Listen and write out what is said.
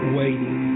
waiting